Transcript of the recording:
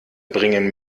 bringen